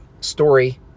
story